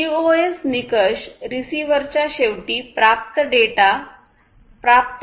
QoS निकष रिसीव्हरच्या शेवटी प्राप्त डेटा प्राप्त होतो की नाही ते मोजतो